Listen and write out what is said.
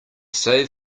save